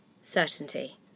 certainty